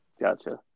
Gotcha